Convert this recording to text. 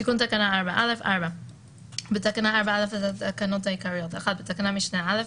תיקון תקנה 4א 4. (1) בתקנת משנה (א)